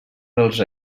dels